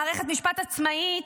מערכת משפט עצמאית,